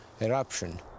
eruption